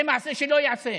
זה מעשה שלא ייעשה.